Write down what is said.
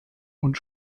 und